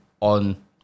on